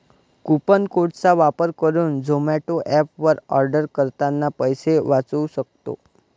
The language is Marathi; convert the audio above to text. कुपन कोड चा वापर करुन झोमाटो एप वर आर्डर करतांना पैसे वाचउ सक्तो